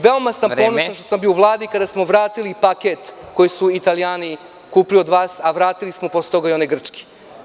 Veoma sam ponosan što sam bio u Vladi kada smo vratili paket koji su Italijani kupili od vas, a vratili smo posle toga i onaj grčki.